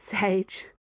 Sage